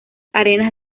arenas